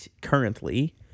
currently